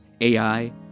AI